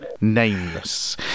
nameless